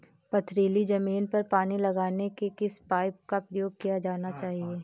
पथरीली ज़मीन पर पानी लगाने के किस पाइप का प्रयोग किया जाना चाहिए?